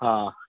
ہاں